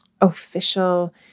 official